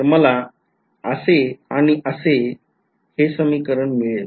तर मला आणि मिळेल